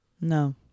No